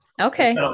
Okay